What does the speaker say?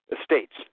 estates